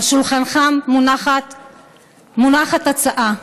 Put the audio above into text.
על שולחנך מונחת הצעה.